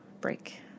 break